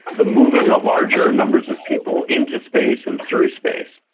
the moving of larger numbers of people into space and through space.